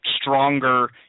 stronger